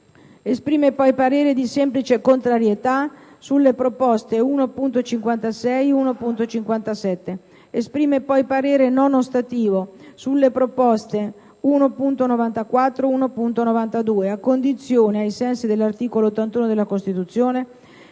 Esprime poi parere di semplice contrarietà sulle proposte 1.54 e 1.56. Esprime poi parere non ostativo sulle proposte 1.94 e 1.92, a condizione, ai sensi dell'articolo 81 della Costituzione,